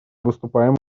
выступаем